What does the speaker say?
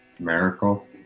Miracle